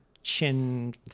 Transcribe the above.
Chin